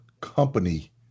company